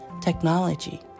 technology